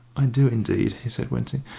i do, indeed, he said, wincing,